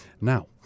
Now